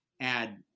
add